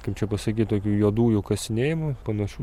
kaip čia pasakyt tokių juodųjų kasinėjimų panašių